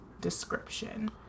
description